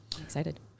excited